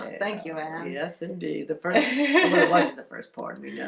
thank you yesterday the front like the first part